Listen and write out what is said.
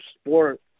sport